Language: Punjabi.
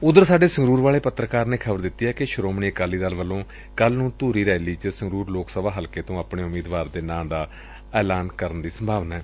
ਉਧਰ ਸਾਡੇ ਸੰਗਰੁਰ ਵਾਲੇ ਪੱਤਰਕਾਰ ਨੇ ਖ਼ਬਰ ਦਿੱਤੀ ਏ ਕਿ ਸ੍ਹੋਮਣੀ ਅਕਾਲੀ ਦਲ ਵੱਲੋਂ ਕੱਲੂ ਨੁੰ ਧੁਰੀ ਰੈਲੀ ਚ ਸੰਗਰੁਰ ਲੋਕ ਸਭਾ ਹਲਕੇ ਤੋਂ ਆਪਣੇ ਉਮੀਦਵਾਰ ਦੇ ਨਾਂ ਦਾ ਐਲਾਨ ਕਰ ਸਕਦੈ